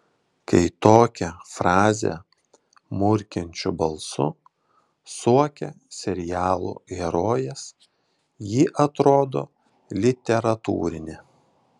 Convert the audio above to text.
kai tokią frazę murkiančiu balsu suokia serialų herojės ji atrodo literatūrinė